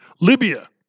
Libya